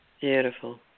Beautiful